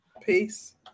peace